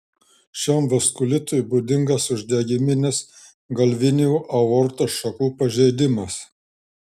šiam vaskulitui būdingas uždegiminis galvinių aortos šakų pažeidimas